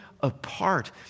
apart